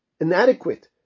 inadequate